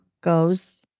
goes